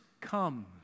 comes